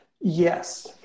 Yes